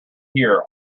hear